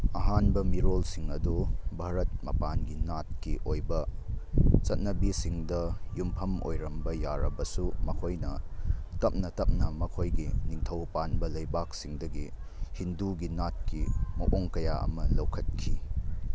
ꯑꯍꯥꯟꯕ ꯃꯤꯔꯣꯜꯁꯤꯡ ꯑꯗꯨ ꯚꯥꯔꯠ ꯃꯄꯥꯟꯒꯤ ꯅꯥꯠꯀꯤ ꯑꯣꯏꯕ ꯆꯠꯅꯕꯤꯁꯤꯡꯗ ꯌꯨꯝꯐꯝ ꯑꯣꯏꯔꯝꯕ ꯌꯥꯔꯕꯁꯨ ꯃꯈꯣꯏꯅ ꯇꯞꯅ ꯇꯞꯅ ꯃꯈꯣꯏꯒꯤ ꯅꯤꯡꯊꯧ ꯄꯥꯟꯕ ꯂꯩꯕꯥꯛꯁꯤꯡꯗꯒꯤ ꯍꯤꯟꯗꯨꯒꯤ ꯅꯥꯠꯀꯤ ꯃꯑꯣꯡ ꯀꯌꯥ ꯑꯃ ꯂꯧꯈꯠꯈꯤ